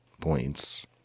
points